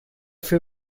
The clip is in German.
für